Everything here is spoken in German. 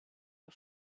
der